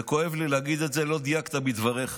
וכואב לי להגיד את זה, לא דייקת בדבריך.